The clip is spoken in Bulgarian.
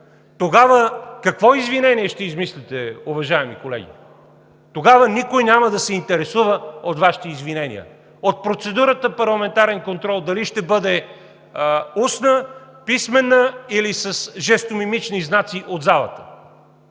Тогава какво извинение ще измислите, уважаеми колеги? Тогава никой няма да се интересува от Вашите извинения, от процедурата „Парламентарен контрол“ – дали ще бъде устна, писмена или с жестомимични знаци от залата.